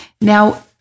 Now